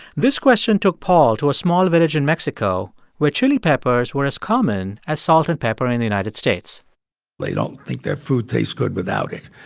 this question took paul to a small village in mexico, where chili peppers were as common as salt and pepper in the united states they don't think their food tastes good without it.